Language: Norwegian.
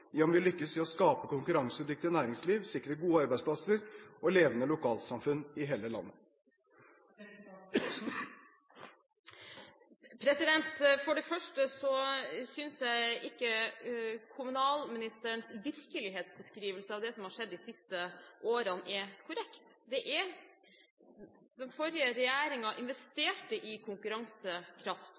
vi lykkes i å skape konkurransedyktig næringsliv og sikre gode arbeidsplasser og levende lokalsamfunn i hele landet. For det første synes jeg ikke kommunalministerens virkelighetsbeskrivelse av det som har skjedd de siste årene, er korrekt. Den forrige regjeringen investerte i konkurransekraft